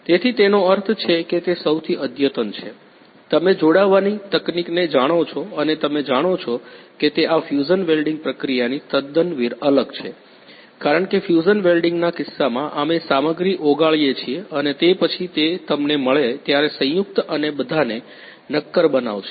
તેથી તેનો અર્થ છે કે તે સૌથી અદ્યતન છે તમે જોડાવાની તકનીકને જાણો છો અને તમે જાણો છો કે તે આ ફ્યુઝન વેલ્ડીંગ પ્રક્રિયાથી તદ્દન અલગ છે કારણ કે ફ્યુઝન વેલ્ડીંગના કિસ્સામાં અમે સામગ્રી ઓગાળીએ છીએ અને તે પછી તે તમને મળે ત્યારે સંયુક્ત અને બધાને નક્કર બનાવશે